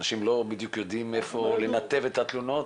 אנשים לא בדיוק יודעים איפה לנתב את התלונות.